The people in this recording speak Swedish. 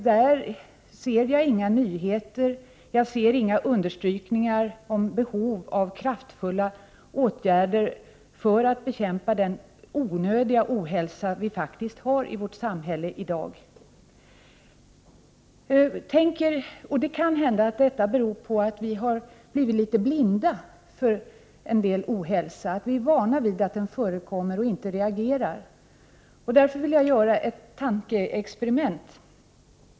Där ser jag inga nyheter, inga understrykningar när det gäller behov av kraftfulla åtgärder för att bekämpa den onödiga ohälsa vi faktiskt har i vårt samhälle i dag. Det kan hända att detta beror på att vi har blivit litet blinda för en del ohälsa — att vi är vana vid att den förekommer och inte reagerar. Därför vill jag göra ett tankeexperiment.